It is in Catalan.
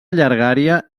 llargària